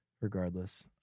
regardless